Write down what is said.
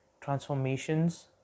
transformations